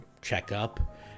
checkup